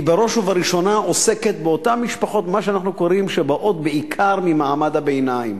עוסקת באותן משפחות שבאות בעיקר ממעמד הביניים,